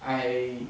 I